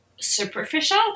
superficial